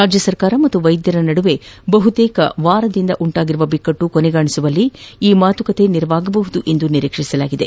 ರಾಜ್ಯ ಸರ್ಕಾರ ಮತ್ತು ವೈದ್ಯರುಗಳ ನಡುವೆ ಬಹುತೇಕ ವಾರದಿಂದ ಉಂಟಾಗಿರುವ ಬಿಕ್ಕಟ್ನು ಕೊನೆಗಾಣಿಸುವಲ್ಲಿ ಈ ಮಾತುಕತೆ ಸಹಕಾರಿಯಾಗಬಹುದು ಎಂದು ನಿರೀಕ್ಷಿಸಲಾಗಿದೆ